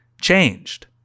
changed